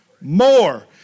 more